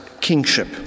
kingship